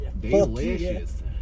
Delicious